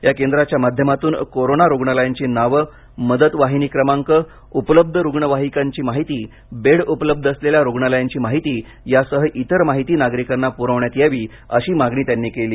या केंद्राच्या माध्यमातून कोरोना रुग्णालयांची नावे मदतवाहिनी क्रमांक उपलब्ध रुग्णवाहिकांची माहिती बेड उपलब्ध असलेल्या रुग्णालयांची माहिती यासह इतर माहिती नागरिकांना पुरविण्यात यावी अशी मागणी त्यांनी केली